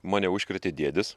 mane užkrėtė dėdės